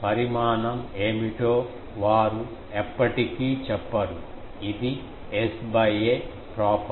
పరిమాణం ఏమిటో వారు ఎప్పటికీ చెప్పరు ఇది S a ప్రాపర్టీ